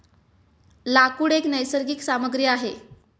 लाकूड एक नैसर्गिक सामग्री आहे